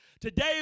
Today